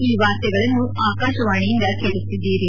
ಈ ವಾರ್ತೆಗಳನ್ನು ಆಕಾಶವಾಣಿಯಿಂದ ಕೇಳುತ್ತಿದ್ದೀರಿ